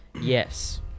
Yes